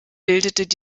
bildet